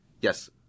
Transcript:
Yes